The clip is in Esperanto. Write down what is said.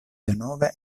denove